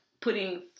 putting